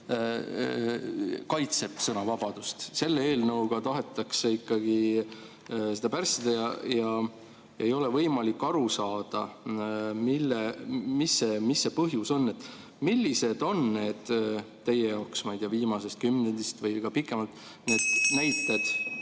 kaitseb sõnavabadust. Selle eelnõuga tahetakse seda ikkagi pärssida ja ei ole võimalik aru saada, mis põhjus on. Millised on teie jaoks, ma ei tea, viimasest kümnendist või ka pikemalt need näited,